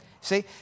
See